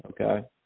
okay